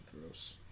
gross